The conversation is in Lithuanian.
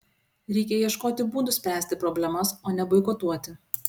reikia ieškoti būdų spręsti problemas o ne boikotuoti